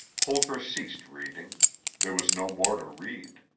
holker ceased reading there was no more to read.